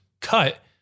cut